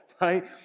right